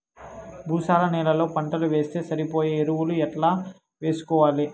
భూసార నేలలో పంటలు వేస్తే సరిపోయే ఎరువులు ఎట్లా వేసుకోవాలి?